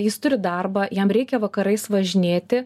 jis turi darbą jam reikia vakarais važinėti